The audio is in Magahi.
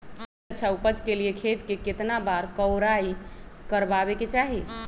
एक अच्छा उपज के लिए खेत के केतना बार कओराई करबआबे के चाहि?